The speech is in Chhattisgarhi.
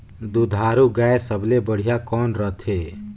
दुधारू गाय सबले बढ़िया कौन रथे?